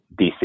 DC